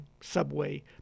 subway